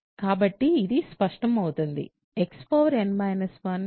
కాబట్టి ఇది స్పష్టమవుతుంది x n 1